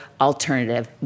alternative